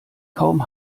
kaum